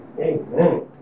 Amen